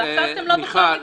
ועכשיו אתם לא בקואליציה,